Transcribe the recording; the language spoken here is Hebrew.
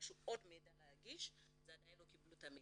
התבקשו להגיש עוד מידע ועדיין לא קיבלו את המידע,